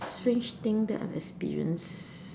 strange thing that I've experienced